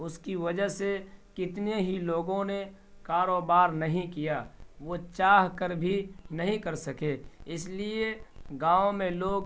اس کی وجہ سے کتنے ہی لوگوں نے کاروبار نہیں کیا وہ چاہ کر بھی نہیں کر سکے اس لیے گاؤں میں لوگ